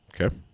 okay